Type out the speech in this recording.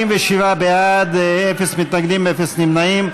47 בעד, אפס מתנגדים, אפס נמנעים.